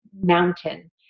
mountain